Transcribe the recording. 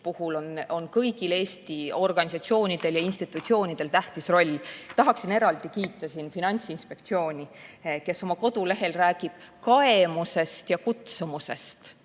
puhul on kõigil Eesti organisatsioonidel ja institutsioonidel tähtis roll. Tahaksin eraldi kiita Finantsinspektsiooni, kes oma kodulehel räägib kaemusest ja kutsumusest